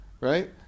right